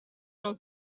non